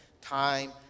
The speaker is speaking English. time